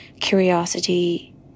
curiosity